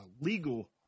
legal